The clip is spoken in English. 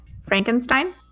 Frankenstein